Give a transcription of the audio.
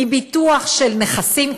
מביטוח של נכסים,